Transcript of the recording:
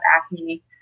acne